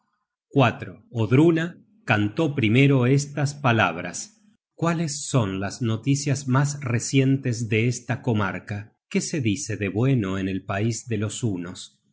larga sala odruna cantó primero estas palabras cuáles son las noticias mas recientes de esta comarca qué se dice de bueno en el paisde los hunos